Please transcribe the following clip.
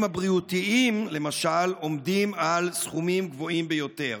הבריאותיים למשל עומדים על סכומים גבוהים ביותר.